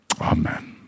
Amen